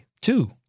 two